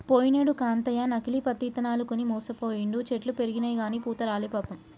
పోయినేడు కాంతయ్య నకిలీ పత్తి ఇత్తనాలు కొని మోసపోయిండు, చెట్లు పెరిగినయిగని పూత రాలే పాపం